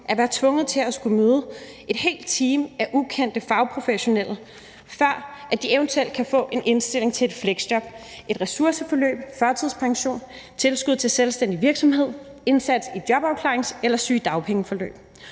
at være tvunget til at skulle møde et helt team af ukendte fagprofessionelle, før de eventuelt kan få en indstilling til et fleksjob, et ressourceforløb, førtidspension, tilskud til selvstændig virksomhed, indsats i jobafklarings- eller sygedagpengeforløb.